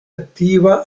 attiva